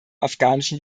afghanischen